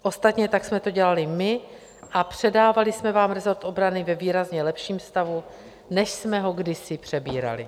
Ostatně tak jsme to dělali my a předávali jsme vám resort obrany ve výrazně lepším stavu, než jsme ho kdysi přebírali.